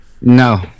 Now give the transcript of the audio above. No